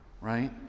right